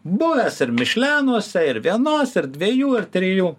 buvęs ir mišlenuose ir vienos ir dviejų ar trijų